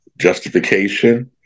justification